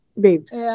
babes